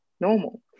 normal